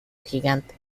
gigante